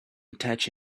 attach